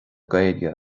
gaeilge